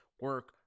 Work